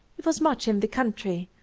he was much in the country,